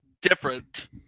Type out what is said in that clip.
different